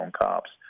Cops